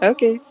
Okay